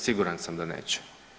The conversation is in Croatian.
Siguran sam da neće.